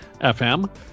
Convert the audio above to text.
FM